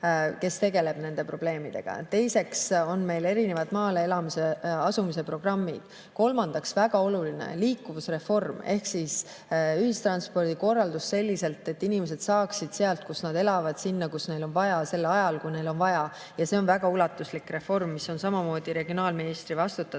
kes tegeleb nende probleemidega. Teiseks on meil erinevad maale elama asumise programmid. Kolmandaks, väga oluline, liikuvusreform ehk siis ühistranspordi korraldus selliselt, et inimesed saaksid sealt, kus nad elavad, sinna, kuhu neil on vaja, sel ajal, kui neil on vaja. See on väga ulatuslik reform, mis on samamoodi regionaalministri vastutada.